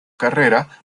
carrera